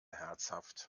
herzhaft